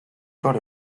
got